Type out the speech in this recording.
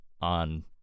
on